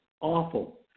awful